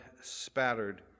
spattered